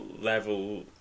level